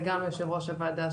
וגם ליושב ראש הוועדה,